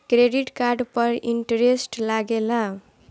Credit card पर interest लागेला?